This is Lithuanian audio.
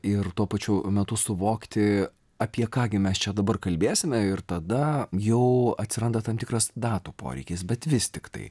ir tuo pačiu metu suvokti apie ką gi mes čia dabar kalbėsime ir tada jau atsiranda tam tikras datų poreikis bet vis tiktai